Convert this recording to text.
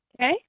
Okay